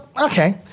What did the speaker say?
okay